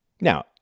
Now